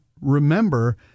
remember